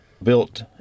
built